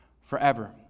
forever